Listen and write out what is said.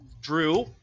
Drew